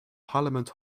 parlament